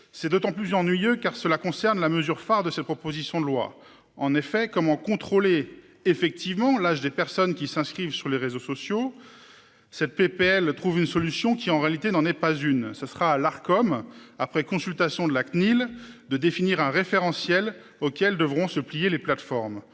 C'est d'autant plus ennuyeux, car cela concerne la mesure phare de cette proposition de loi en effet comment contrôler effectivement l'âge des personnes qui s'inscrivent sur les réseaux sociaux. Cette PPL trouve une solution qui en réalité n'en est pas une, ce sera l'Arcom après consultation de la CNIL de définir un référentiel auxquelles devront se plier les plateformes,